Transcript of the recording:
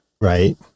right